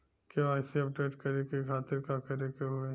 KYC update करे के खातिर का करे के होई?